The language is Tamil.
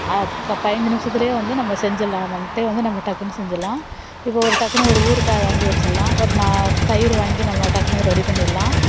பைஞ்சு நிமிடத்துலையே வந்து நம்ம செஞ்சில்லாம் அந்த முட்டையை வந்து நம்ம டக்குனு செஞ்சிடல்லாம் இப்போது ஒரு டக்குனு ஒரு ஊறுக்காய் வாங்கி வச்சிடல்லாம் ஒரு நான் தயிர் வாங்கி நம்ம டக்குனு ரெடி பண்ணிடல்லாம்